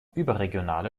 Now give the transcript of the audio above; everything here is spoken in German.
überregionale